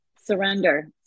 Surrender